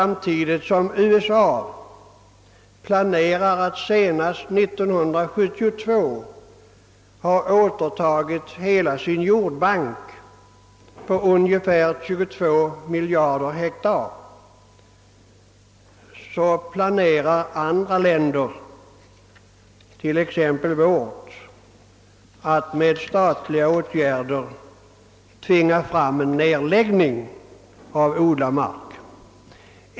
Medan USA planerar att senast år 1972 ha återtagit hela sin jordbank på ca 22 miljarder hektar planerar andra länder — t.ex. vårt — att med statliga åtgärder tvinga fram en igenläggning av odlad mark.